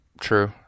True